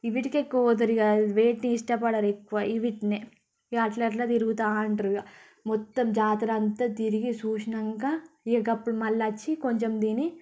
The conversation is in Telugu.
వీటికి ఎక్కువ పోతారు ఇక వేటిని ఇష్టపడరు ఎక్కువ వీటినే ఇక అట్లా అట్లా తిరుగుతుంటారు ఇక మొత్తం జాతర అంతా తిరిగి చూసాక ఇక అప్పుడు మళ్ళీ వచ్చి కొంచెం తిని